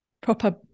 proper